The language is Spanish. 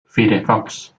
firefox